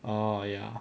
orh ya